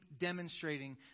demonstrating